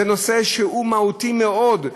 זה נושא מהותי מאוד.